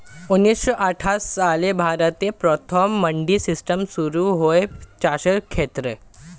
ঊন্নিশো আটাশ সালে ভারতে প্রথম মান্ডি সিস্টেম শুরু হয় চাষের ক্ষেত্রে